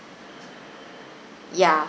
ya